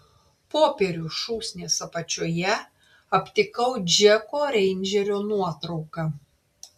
popierių šūsnies apačioje aptikau džeko reindžerio nuotrauką